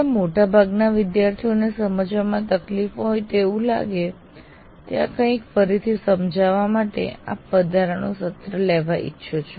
જ્યાં મોટા ભાગના વિદ્યાર્થીઓને સમજવામાં તકલીફ હોય તેવું લાગે ત્યાં કંઈક ફરીથી સમજાવવા માટે આપ વધારાનું સત્ર લેવા ઈચ્છો છો